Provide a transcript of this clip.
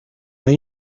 what